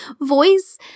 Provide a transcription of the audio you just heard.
voice